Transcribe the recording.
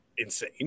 Insane